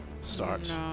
start